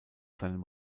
seinem